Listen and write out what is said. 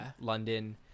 London